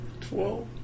Twelve